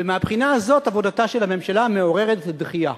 ומהבחינה הזו, עבודתה של הממשלה מעוררת דחייה.